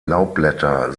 laubblätter